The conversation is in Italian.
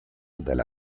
della